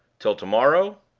till to-morrow?